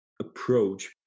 approach